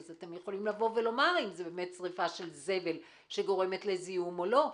אז אתם יכולים לומר אם זו שריפה של זבל שגורמת לזיהום או לא,